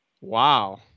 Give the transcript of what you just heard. Wow